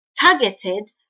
targeted